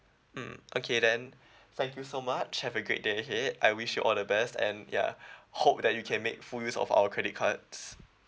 mm okay then thank you so much have a great day ahead I wish you all the best and ya hope that you can make full use of our credit cards